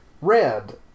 Red